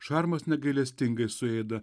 šarmas negailestingai suėda